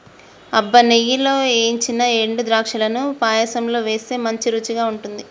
అబ్బ నెయ్యిలో ఏయించిన ఎండు ద్రాక్షలను పాయసంలో వేస్తే మంచి రుచిగా ఉంటుంది